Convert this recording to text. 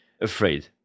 afraid